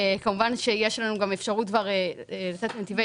כמובן שיש לנו גם אפשרות לתת לנתיבי